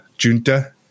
junta